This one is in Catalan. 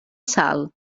sal